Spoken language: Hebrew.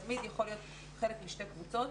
תלמיד יכול להיות חלק משתי קבוצות